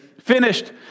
finished